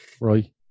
right